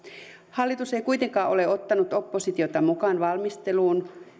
hallitus ei kuitenkaan ole ottanut oppositiota mukaan valmisteluun